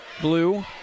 blue